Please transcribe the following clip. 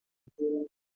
accident